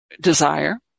desire